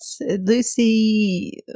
Lucy